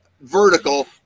vertical